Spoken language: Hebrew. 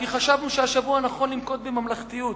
כי חשבנו שהשבוע נכון לנקוט ממלכתיות,